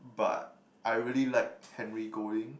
but I really like Henry Golding